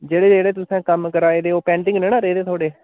जेह्डे जेह्ड़े तुसें कम्म कराए दे ओह् पेंडिंग नी ना रेह्दे थुआढ़े